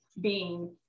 being-